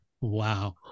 Wow